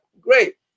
great